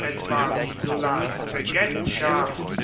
etwa wie sullas regentschaft